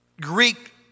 Greek